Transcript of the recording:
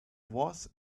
was